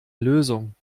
lösung